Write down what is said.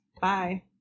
Bye